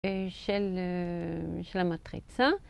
של המטריצה